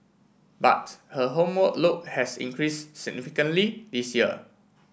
but her homework load has increase significantly this year